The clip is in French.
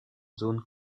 zones